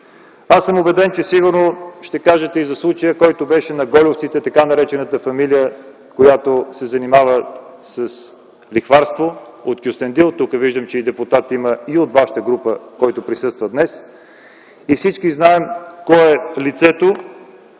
аз съм убеден, че сигурно ще кажете и за случая „Гольовците” - така наречената фамилия, която се занимава с лихварство от Кюстендил. Тук виждам, че има депутат и от вашата парламентарна група, който присъства днес. Всички знаем кое е лицето,